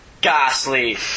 ghastly